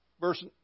Verse